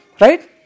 right